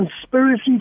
conspiracy